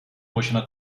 başına